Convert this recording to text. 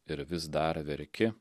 ir vis dar verki